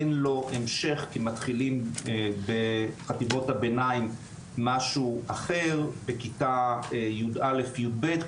אין לו המשך כי בחטיבות הביניים מתחילים משהו אחר ובכיתה י"א-י"ב.